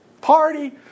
party